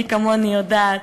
מי כמוני יודעת,